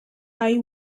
eye